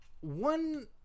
One